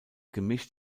gemisch